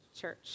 church